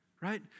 right